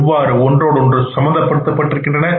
எவ்வாறு ஒன்றோடொன்று சம்பந்தப்பட்டிருக்கின்றன